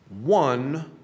one